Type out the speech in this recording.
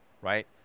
Right